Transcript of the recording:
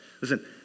Listen